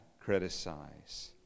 criticize